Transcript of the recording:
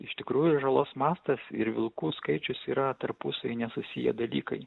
iš tikrųjų žalos mastas ir vilkų skaičius yra tarpusavy nesusiję dalykai